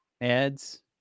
ads